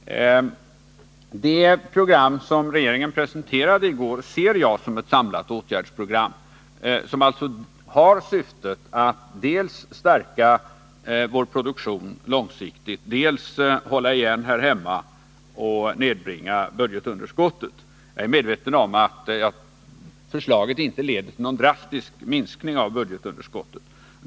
Det program som regeringen presenterade i går ser jag som ett samlat åtgärdsprogram. Det har alltså syftet att dels stärka vår produktion långsiktigt, dels hålla igen här hemma och nedbringa budgetunderskottet. Jag är medveten om att förslaget inte leder till någon drastisk minskning av budgetunderskottet.